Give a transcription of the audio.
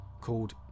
called